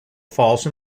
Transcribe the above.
false